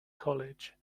college